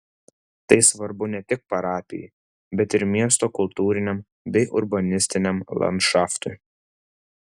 tai svarbu ne tik parapijai bet ir miesto kultūriniam bei urbanistiniam landšaftui